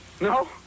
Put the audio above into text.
No